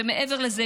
ומעבר לזה,